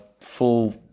full